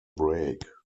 break